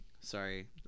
Sorry